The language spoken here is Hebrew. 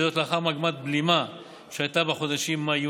וזאת לאחר מגמת בלימה שהייתה בחודשים מאי-יוני.